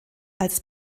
als